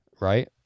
right